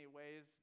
ways